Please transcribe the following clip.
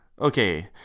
Okay